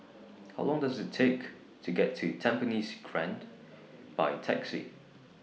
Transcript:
How Long Does IT Take to get to Tampines Grande By Taxi